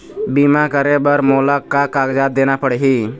बीमा करे बर मोला का कागजात देना पड़ही?